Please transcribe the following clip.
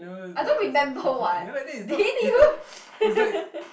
I don't remember [what] then did you